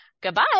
Goodbye